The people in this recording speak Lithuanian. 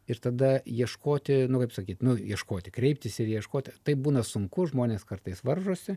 ir tada ieškoti nu kaip sakyti nu ieškoti kreiptis ir ieškot taip būna sunku žmonės kartais varžosi